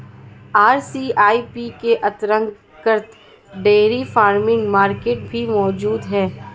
RCEP के अंतर्गत dairy farming market भी मौजूद है